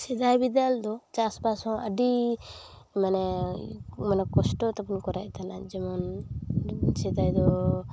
ᱥᱮᱫᱟᱭ ᱵᱤᱫᱟᱹᱞᱫᱚ ᱪᱟᱥᱵᱟᱥ ᱦᱚᱸ ᱟᱹᱰᱤ ᱢᱟᱱᱮ ᱢᱟᱱᱮ ᱠᱚᱥᱴᱚ ᱛᱮᱵᱚᱱ ᱠᱚᱨᱟᱣᱮᱫ ᱛᱮᱦᱮᱱᱟ ᱡᱮᱢᱚᱱ ᱥᱮᱫᱟᱭ ᱫᱚ